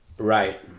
right